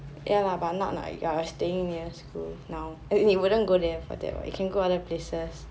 ya lah but not like you are staying near school now as in you wouldn't go there what you can go other places